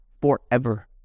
forever